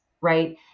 Right